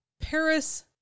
Paris